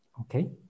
okay